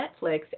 Netflix